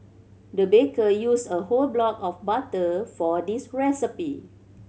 the baker used a whole block of butter for this recipe